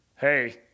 hey